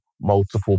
multiple